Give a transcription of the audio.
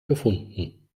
gefunden